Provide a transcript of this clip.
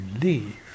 leave